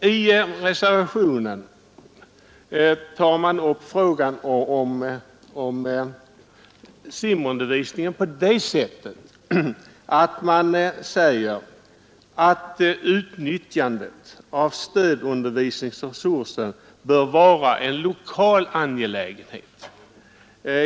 I reservationen säger man att utnyttjandet av stödundervisningens resurser i simundervisningen bör vara en lokal angelägenhet.